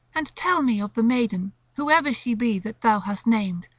and tell me of the maiden, whosoever she be that thou hast named,